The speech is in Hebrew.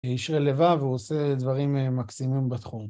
איש לבב עושה דברים מקסימים בתחום.